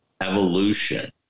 evolution